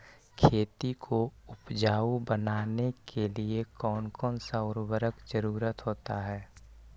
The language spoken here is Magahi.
खेती को उपजाऊ बनाने के लिए कौन कौन सा उर्वरक जरुरत होता हैं?